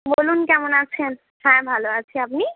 বলুন কেমন আছেন হ্যাঁ ভালো আছি আপনি